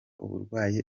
uburwayi